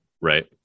right